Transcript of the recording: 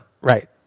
right